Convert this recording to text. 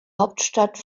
hauptstadt